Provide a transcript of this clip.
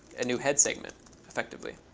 a new head segment effectively,